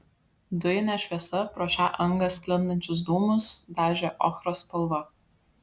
dujinė šviesa pro šią angą sklindančius dūmus dažė ochros spalva